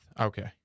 Okay